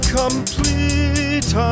complete